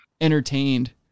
entertained